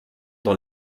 dans